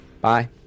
Bye